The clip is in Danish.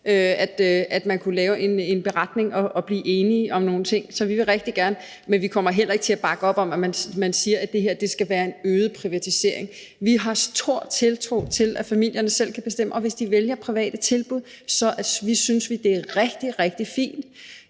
at man kunne lave en beretning og blive enige om nogle ting, og det vil vi rigtig gerne. Men vi kommer heller ikke til at bakke op om, at man siger, at der her er tale om øget privatisering. Vi har stor tiltro til, at familierne selv kan tage beslutninger, og hvis de vælger private tilbud, synes vi, det er rigtig, rigtig fint,